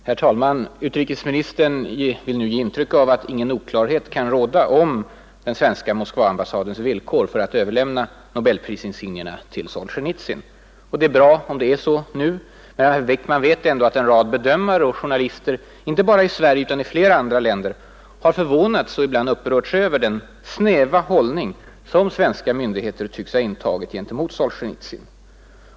Herr talman! Utrikesministern vill nu ge intryck av att ingen oklarhet kan råda om den svenska Moskvaambassadens villkor för att överlämna nobelprisinsignierna till Solzjenitsyn. Det är bra om det är så nu. Men herr Wickman vet ändå att en rad bedömare och journalister inte bara i Sverige utan i flera andra länder har förvånats och ibland upprörts över den snäva hållning som svenska myndigheter tycks ha intagit gentemot Solzjenitsyn.